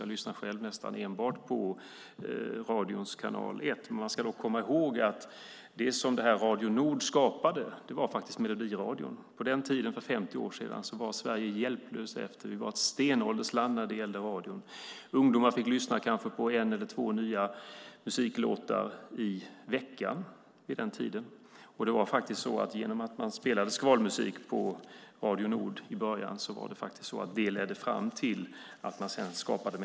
Jag lyssnar nästan enbart på radions kanal 1, men man ska komma ihåg att Radio Nords sändningar ledde fram till att melodiradion skapades. På den tiden, för 50 år sedan, var Sverige hjälplöst efter. Vi var ett stenåldersland när det gällde radion. Ungdomar fick lyssna på en eller två nya musiklåtar i veckan. Att de spelade skvalmusik på Radio Nord ledde fram till att melodiradion sedan skapades.